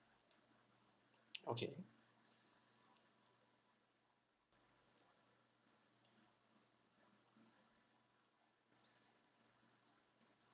okay